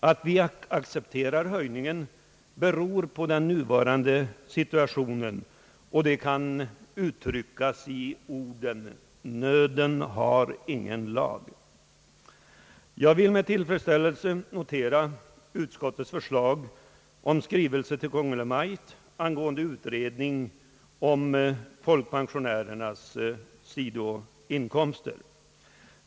Att vi accepterar höjningen beror på den nuvarande situationen, och det kan uttryckas med orden: Nöden har ingen lag. Jag vill med tillfredsställelse notera utskottets förslag om skrivelse = till Kungl. Maj:t angående utredning om folkpensionärernas sidoinkomster.